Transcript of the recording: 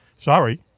sorry